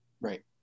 Right